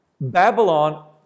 Babylon